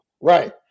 right